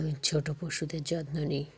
আমি ছোটো পশুদের যত্ন নিই